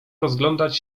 rozglądać